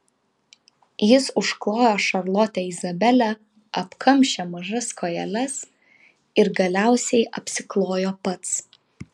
jis užklojo šarlotę izabelę apkamšė mažas kojeles ir galiausiai apsiklojo pats